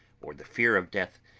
or the fear of death,